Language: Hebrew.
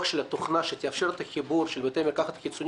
לקח 4 חודשים במקום 3 חודשים.